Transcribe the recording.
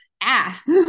ass